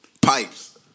Pipes